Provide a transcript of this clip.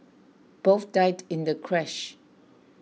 both died in the crash